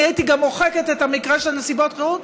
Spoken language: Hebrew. הייתי גם מוחקת את המקרה של נסיבות חירום,